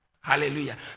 Hallelujah